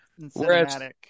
Cinematic